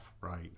right